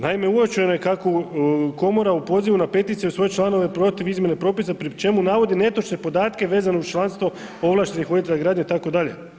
Naime uočeno je kako komora u pozivu na peticiju svoje članove protiv izmjene propisa pri čemu navodi netočne podatke vezano uz članstvo ovlaštenih voditelja gradnje itd.